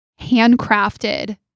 handcrafted